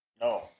No